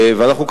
ואנחנו,